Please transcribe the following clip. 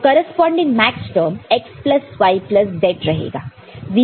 तो corresponding maxterm x plus y plus z रहेगा